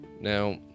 Now